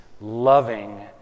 loving